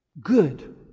good